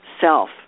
self